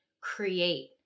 create